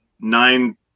nine